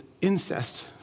incest